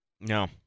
No